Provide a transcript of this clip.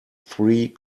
three